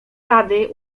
rady